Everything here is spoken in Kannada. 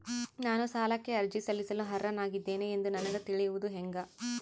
ನಾನು ಸಾಲಕ್ಕೆ ಅರ್ಜಿ ಸಲ್ಲಿಸಲು ಅರ್ಹನಾಗಿದ್ದೇನೆ ಎಂದು ನನಗ ತಿಳಿಯುವುದು ಹೆಂಗ?